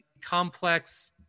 complex